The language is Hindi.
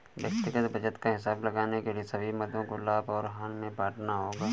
व्यक्तिगत बचत का हिसाब लगाने के लिए सभी मदों को लाभ और हानि में बांटना होगा